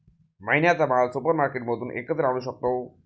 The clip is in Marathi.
महिन्याचा माल सुपरमार्केटमधून एकत्र आणू शकतो